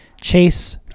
Chase